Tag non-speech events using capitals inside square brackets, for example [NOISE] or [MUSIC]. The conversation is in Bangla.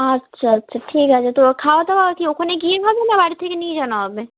আচ্ছা আচ্ছা ঠিক আছে তো খাওয়া দাওয়া কি ওখানে গিয়ে খাবি না বাড়ি থেকে নিয়ে [UNINTELLIGIBLE] হবে